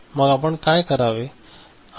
मग आपण काय करावे